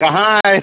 कहाँ आए